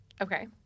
Okay